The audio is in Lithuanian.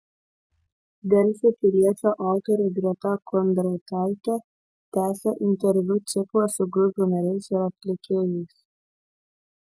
delfi piliečio autorė greta kondrataitė tęsia interviu ciklą su grupių nariais ir atlikėjais